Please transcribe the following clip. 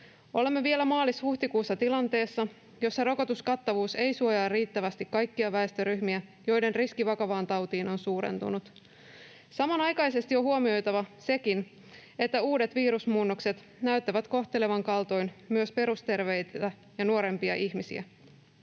Olemme vielä maalis—huhtikuussa tilanteessa, jossa rokotuskattavuus ei suojaa riittävästi kaikkia väestöryhmiä, joiden riski vakavaan tautiin on suurentunut. Samanaikaisesti on huomioitava sekin, että uudet virusmuunnokset näyttävät kohtelevan kaltoin myös perusterveitä ja nuorempia ihmisiä.